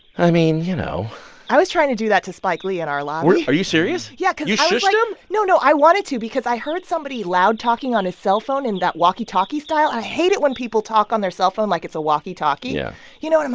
i mean, you know i was trying to do that to spike lee in our lobby are you serious? yeah, because. you shushed him no, no. i wanted to because i heard somebody loud-talking on his cell phone in that walkie-talkie style. i hate it when people talk on their cell phone like it's a walkie-talkie yeah you know, and i'm,